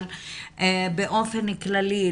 באופן כללי,